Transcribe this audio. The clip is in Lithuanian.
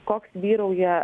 koks vyrauja